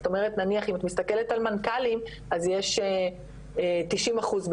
זאת אומרת נניח אם את מסתכלת על מנכ"לים אז יש 90 אחוזים